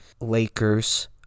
Lakers